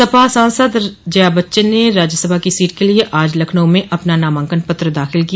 सपा सांसद जया बच्चन ने राज्यसभा की सीट के लिए आज लखनऊ में अपना नामांकन पत्र दाखिल किया